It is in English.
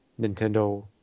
Nintendo